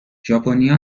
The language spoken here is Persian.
ژاپنیا